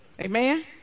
Amen